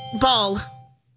ball